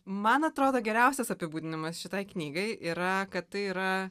man atrodo geriausias apibūdinimas šitai knygai yra kad tai yra